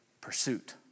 pursuit